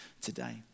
today